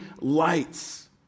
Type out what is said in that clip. lights